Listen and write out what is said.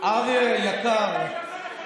אריה היקר,